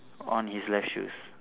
on his left shoes